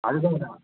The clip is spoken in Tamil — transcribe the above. அது தான் வேணும்